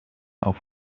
auf